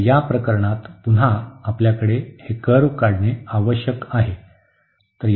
तर या प्रकरणात पुन्हा आपल्याकडे हे कर्व्ह काढणे आवश्यक आहे